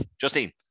Justine